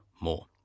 more